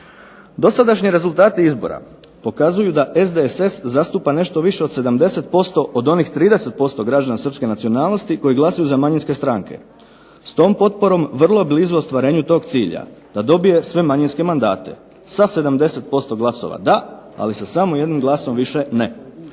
Dosadašnji rezultati izbora pokazuju da SDSS zastupa nešto više od 70% od onih 30% građana srpske nacionalnosti koji glasuju za manjinske stranke. S tom potporom vrlo je blizu ostvarenju tog cilja da dobije sve manjinske mandate sa 70% glasova da, ali sa samo jednim glasom više ne.